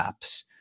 apps